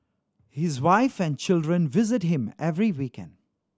his wife and children visit him every weekend